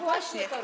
Właśnie.